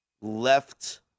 left